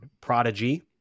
Prodigy